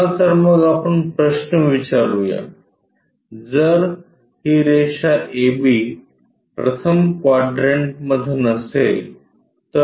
चला तर मग आपण प्रश्न विचारू या जर ही रेषा ab प्रथम क्वाड्रंटमध्ये नसेल तर